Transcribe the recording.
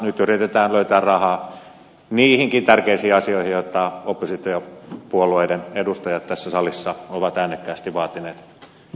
nyt yritetään löytää rahaa niihinkin tärkeisiin asioihin joita oppositiopuolueiden edustajat tässä salissa ovat äänekkäästi vaatineet kesästä asti